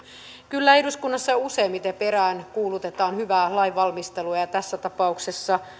kyllä eduskunnassa useimmiten peräänkuulutetaan hyvää lainvalmistelua ja tässä tapauksessa